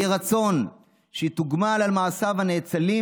יהי רצון שיתוגמל על מעשיו הנאצלים.